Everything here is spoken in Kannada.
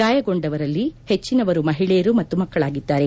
ಗಾಯಗೊಂಡಿರುವವರಲ್ಲಿ ಹೆಚ್ಚನವರು ಮಹಿಳೆಯರು ಮತ್ತು ಮಕ್ಕಳಾಗಿದ್ದಾರೆ